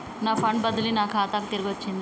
నా ఫండ్ బదిలీ నా ఖాతాకు తిరిగచ్చింది